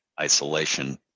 isolation